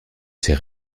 ses